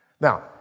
Now